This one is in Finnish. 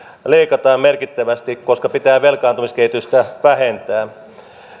leikataan merkittävästi koska pitää velkaantumiskehitystä vähentää